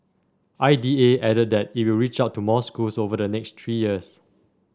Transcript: I D A added that it will reach out to more schools over the next three years